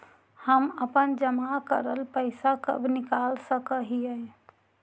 हम अपन जमा करल पैसा कब निकाल सक हिय?